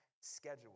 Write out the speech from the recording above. schedule